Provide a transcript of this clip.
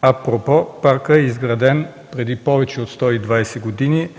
Апропо, паркът е изграден преди повече от 120 години